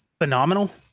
phenomenal